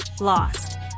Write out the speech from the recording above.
lost